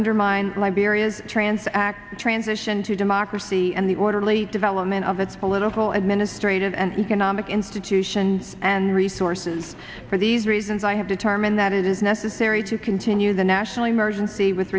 undermine liberia's trance act the transition to democracy and the orderly development of its political administration and canonic institutions and resources for these reasons i have determined that it is necessary to continue the national emergency with